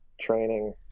training